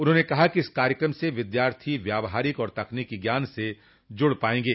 उन्होंने कहा कि इस कार्यक्रम से विद्यार्थी व्यावहारिक और तकनीकी ज्ञान से जुड़ जाएंगे